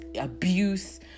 abuse